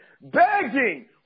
Begging